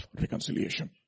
reconciliation